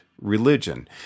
religion